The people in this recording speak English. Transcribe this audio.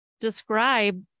Describe